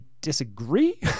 disagree